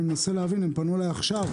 אני מנסה להבין, הן פנו אליי עכשיו.